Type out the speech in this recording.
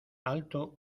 alto